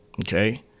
Okay